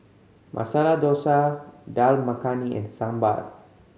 Masala Dosa Dal Makhani and Sambar